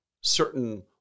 certain